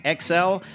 XL